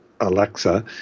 Alexa